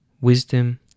wisdom